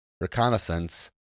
reconnaissance